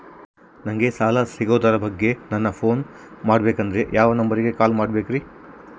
ನಂಗೆ ಸಾಲ ಸಿಗೋದರ ಬಗ್ಗೆ ನನ್ನ ಪೋನ್ ಮಾಡಬೇಕಂದರೆ ಯಾವ ನಂಬರಿಗೆ ಕಾಲ್ ಮಾಡಬೇಕ್ರಿ?